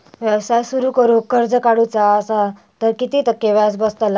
व्यवसाय सुरु करूक कर्ज काढूचा असा तर किती टक्के व्याज बसतला?